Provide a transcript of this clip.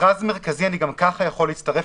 למכרז מרכזי גם ככה אני יכול להצטרף,